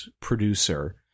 producer